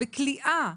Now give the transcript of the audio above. בכליאה,